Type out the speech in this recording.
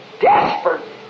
desperate